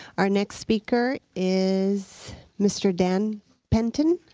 our next speaker is mr. dan penton.